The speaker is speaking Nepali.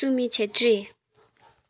सुमी छेत्री